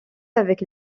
avec